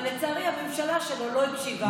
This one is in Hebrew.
אבל לצערי הממשלה שלו לא הקשיבה.